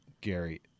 Gary